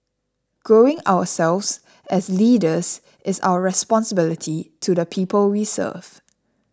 growing ourselves as leaders is our responsibility to the people we serve